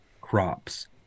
crops